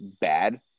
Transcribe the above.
bad